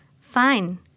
Fine